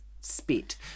spit